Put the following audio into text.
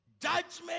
Judgment